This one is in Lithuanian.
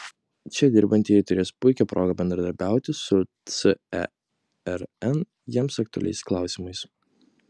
čia dirbantieji turės puikią progą bendradarbiauti su cern jiems aktualiais klausimais